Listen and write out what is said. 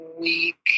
week